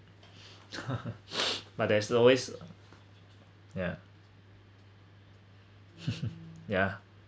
but there is always yeah yeah